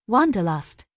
Wanderlust